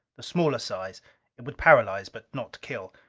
the smaller size it would paralyze but not kill.